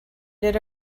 did